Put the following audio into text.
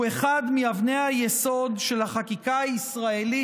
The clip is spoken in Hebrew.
אחד מאבני היסוד של החקיקה הישראלית,